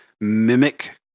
mimic